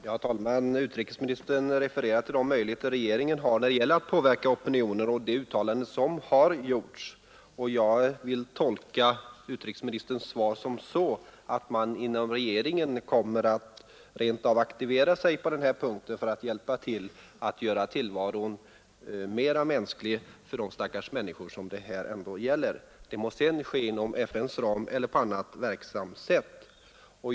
Herr talman! Utrikesministern refererar till de möjligheter regeringen har när det gäller att påverka opinionen och de uttalanden som gjorts. Jag vill tolka utrikesministerns svar så att man inom regeringen kommer att aktivera sig på den här punkten för att hjälpa till att göra tillvaron mera mänsklig för de stackars människor det här gäller — om det sen sker inom FN:s ram eller på annat verksamt sätt.